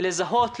לזהות,